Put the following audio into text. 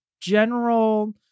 general